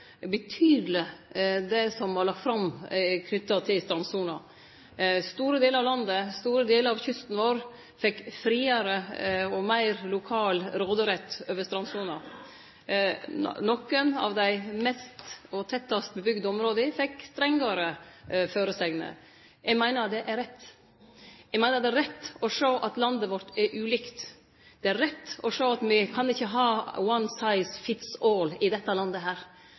betydeleg det som var lagt fram knytt til strandsona. Store delar av landet, store delar av kysten vår, fekk friare og meir lokal råderett over strandsona. Nokre av dei mest og tettast bygde områda fekk strengare føresegner. Eg meiner det er rett. Eg meiner det er rett å sjå at landet vårt er ulikt. Det er rett å sjå at me kan ikkje ha one-size-fits-all i dette landet.